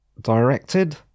directed